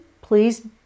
please